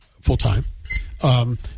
full-time